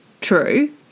True